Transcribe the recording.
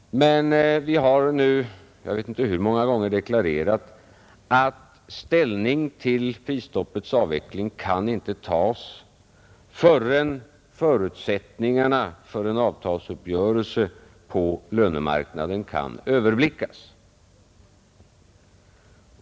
Men vi har nu — jag vet inte hur många gånger - deklarerat att ställning till prisstoppets avveckling inte kan tas förrän förutsättningarna för en avtalsuppgörelse på lönemarknaden kan överblickas.